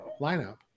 lineup